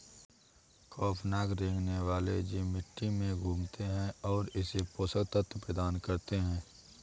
खौफनाक रेंगने वाले जीव मिट्टी में घूमते है और इसे पोषक तत्व प्रदान करते है